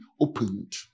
opened